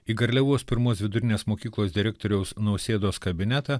į garliavos pirmos vidurinės mokyklos direktoriaus nausėdos kabinetą